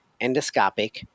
endoscopic